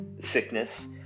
sickness